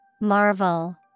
Marvel